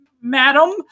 Madam